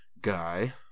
guy